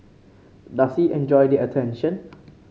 does he enjoy the attention